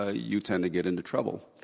ah you tend to get into trouble.